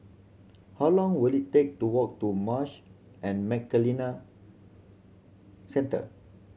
how long will it take to walk to Marsh and McLennan Centre